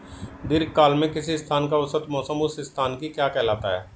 दीर्घकाल में किसी स्थान का औसत मौसम उस स्थान की क्या कहलाता है?